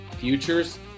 futures